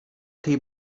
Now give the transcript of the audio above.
tej